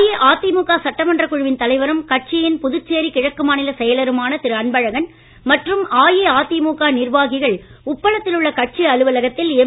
அஇஅதிமுக சட்டமன்ற குழுவின் தலைவரும் கட்சியின் புதுச்சேரி கிழக்கு மாநில செயலருமான திரு அன்பழகன் மற்றும் அஇஅதிமுக நிர்வாகிகள் உப்பளத்தில் உள்ள கட்சி அலுவலகத்தில் எம்